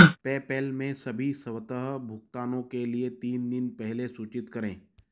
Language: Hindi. पैपेल में सभी स्वतः भुगतानों के लिए तीन दिन पहले सूचित करें